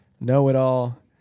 know-it-all